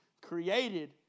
created